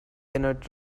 cannot